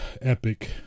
Epic